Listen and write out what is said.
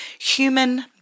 human